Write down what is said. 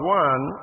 one